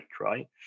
right